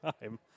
time